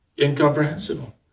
incomprehensible